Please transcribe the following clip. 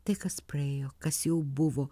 tai kas praėjo kas jau buvo